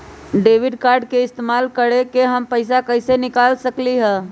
Debit card के इस्तेमाल करके हम पैईसा कईसे निकाल सकलि ह?